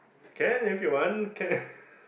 can if you want can